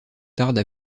tarde